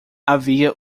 havia